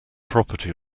property